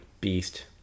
Beast